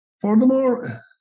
Furthermore